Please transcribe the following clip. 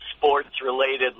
sports-related